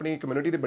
community